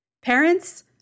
parents